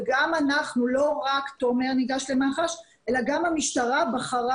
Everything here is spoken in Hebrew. וגם אנחנו לא רק תומר ניגש למח"ש אלא גם המשטרה בחרה